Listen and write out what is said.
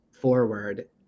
forward